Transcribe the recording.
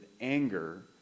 anger